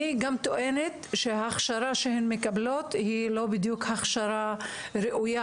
אני גם טוענת שההכשרה שהן מקבלות היא לא בדיוק הכשרה ראויה.